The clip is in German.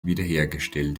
wiederhergestellt